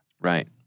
Right